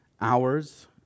hours